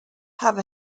have